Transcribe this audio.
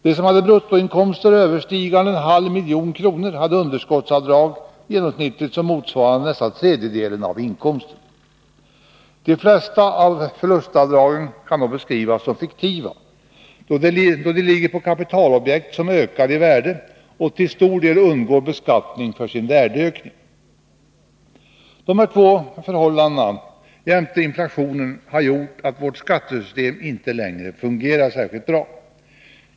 De som hade bruttoinkomster överstigande en halv miljon kronor hade underskottsavdrag som motsvarade nästan tredjedelen av inkomsten. De flesta av förlustavdragen kan nog också beskrivas som fiktiva, då de ligger på kapitalobjekt som ökar i värde och till stor del undgår beskattning för sin värdeökning. De här två förhållandena jämte inflationen har gjort att vårt skattesystem inte längre fungerar särskilt bra.